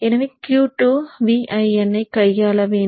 எனவே Q2 Vin ஐக் கையாள வேண்டும்